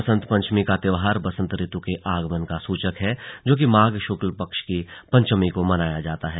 बसंत पंचमी का त्योहार बसंत ऋतु के आगमन का सूचक है जो कि माघ शुक्ल पक्ष की पंचमी को मनाया जाता है